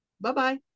Bye-bye